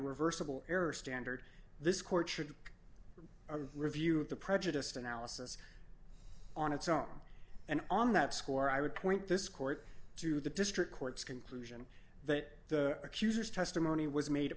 reversible error standard this court should review of the prejudiced analysis on its own and on that score i would point this court to the district court's conclusion that the accuser's testimony was made